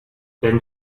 then